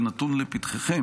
זה נתון לפתחכם,